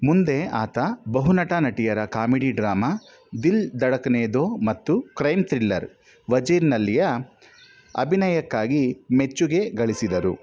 ಮುಂದೆ ಆತ ಬಹುನಟ ನಟಿಯರ ಕಾಮಿಡಿ ಡ್ರಾಮಾ ದಿಲ್ ಧಡಕ್ನೇ ದೋ ಮತ್ತು ಕ್ರೈಮ್ ತ್ರಿಲ್ಲರ್ ವಜೀರ್ನಲ್ಲಿಯ ಅಭಿನಯಕ್ಕಾಗಿ ಮೆಚ್ಚುಗೆ ಗಳಿಸಿದರು